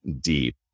deep